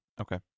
okay